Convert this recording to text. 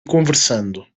conversando